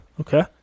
Okay